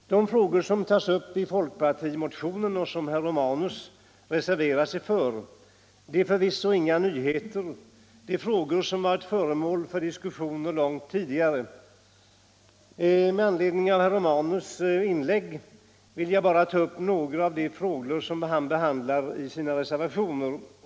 De frågor som tas upp i folkpartimotioner och som herr Romanus = Nr 87 har reserverat sig för är förvisso inga nyheter. Det är frågor som har Torsdagen den varit föremål för diskussion långt tidigare. Med anledning av herr Romanus 22 maj 1975 inlägg vill jag bara ta upp några av de frågor som han behandlat här och i sina reservationer.